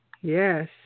Yes